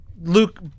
Luke